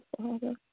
Father